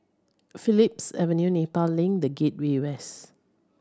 Phillips Avenue Nepal Link The Gateway West